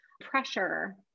pressure